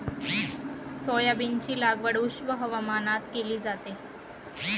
सोयाबीनची लागवड उष्ण हवामानात केली जाते